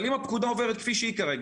אבל אם הפקודה עוברת כפי שהיא כרגע,